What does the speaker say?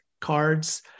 cards